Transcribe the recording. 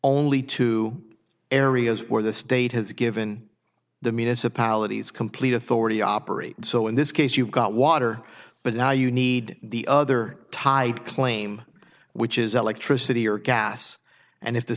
only to areas where the state has given the municipalities complete authority operate so in this case you've got water but now you need the other type claim which is electricity or gas and if the